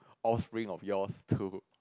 offspring of yours to